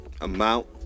amount